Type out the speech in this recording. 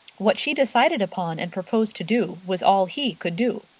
what she decided upon and proposed to do was all he could do.